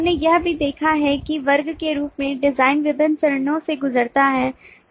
हमने यह भी देखा है कि वर्ग के रूप में डिजाइन विभिन्न चरणों से गुजरता है